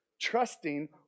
trusting